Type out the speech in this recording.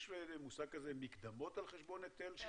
יש מושג כזה מקדמות על חשבון היטל ששינסקי?